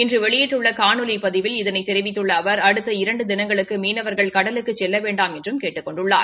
இன்று வெளியிட்டுள்ள காணொலி பதிவில் இதனைத் தெரிவித்துள்ள அவர் அடுத்த இரண்டு தினங்களுக்கு மீனவர்கள் கடலுக்குச் செல்ல வேண்டாம் என்று கேட்டுக் கொண்டுள்ளார்